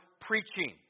preaching